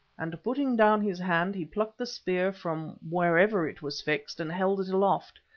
and putting down his hand, he plucked the spear from wherever it was fixed, and held it aloft.